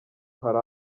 hari